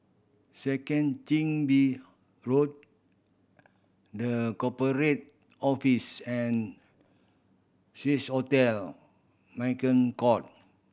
Second Chin Bee Road The Corporate Office and hotel Merchant Court